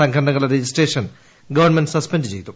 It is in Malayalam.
സംഘടനകളുടെ രജിസ്ട്രേഷൻ ഗവൺമെന്റ് സസ്പെന്റ് ചെയ്തു